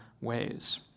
ways